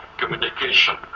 communication